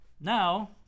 Now